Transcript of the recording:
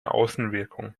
außenwirkung